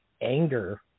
anger